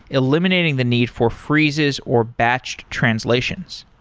eliminating the need for freezes, or batched translations.